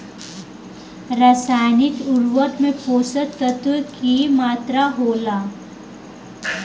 रसायनिक उर्वरक में पोषक तत्व की मात्रा होला?